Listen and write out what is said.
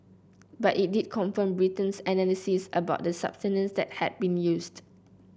but it did confirm Britain's analysis about the substance that had been used